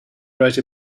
write